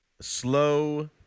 slow